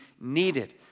needed